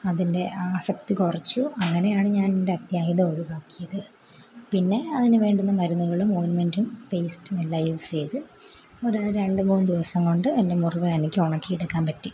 അതിൻ്റെ ആസക്തി കുറച്ചു അങ്ങനെയാണ് ഞാൻ എൻ്റെ അത്യാഹിതം ഒഴിവാക്കിയത് പിന്നെ അതിന് വേണ്ടുന്ന മരുന്നുകളും ഓയിൽമെൻറ്റും പേസ്റ്റുമെല്ലാം യൂസ് ചെയ്ത് രണ്ട് മൂന്ന് ദിവസം കൊണ്ട് എൻ്റെ മുറിവ് എനിക്ക് ഉണക്കിയെടുക്കാൻ പറ്റി